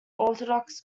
orthodox